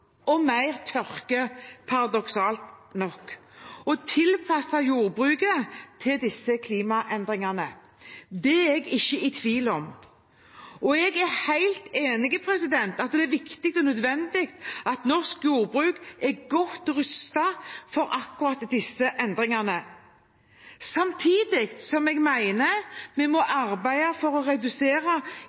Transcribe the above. og mer tørke, paradoksalt nok, og vi må tilpasse jordbruket til disse klimaendringene. Det er jeg ikke i tvil om. Jeg er helt enig i at det er viktig og nødvendig at norsk jordbruk er godt rustet for akkurat disse endringene. Samtidig mener jeg at vi må være med og bidra i arbeidet med å redusere